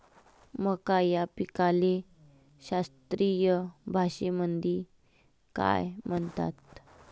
मका या पिकाले शास्त्रीय भाषेमंदी काय म्हणतात?